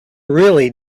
really